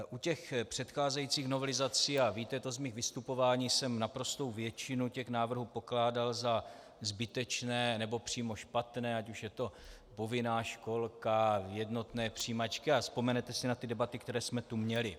U těch předcházejících novelizací, a víte to z mých vystupování, jsem naprostou většinu těch návrhů pokládal za zbytečné, nebo přímo špatné, až už je to povinná školka, jednotné přijímačky, a vzpomenete si na ty debaty, které jsme tu měli.